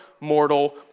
mortal